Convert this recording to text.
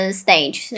stage，